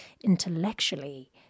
intellectually